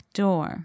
door